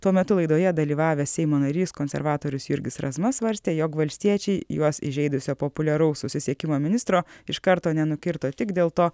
tuo metu laidoje dalyvavęs seimo narys konservatorius jurgis razma svarstė jog valstiečiai juos įžeidusio populiaraus susisiekimo ministro iš karto nenukirto tik dėl to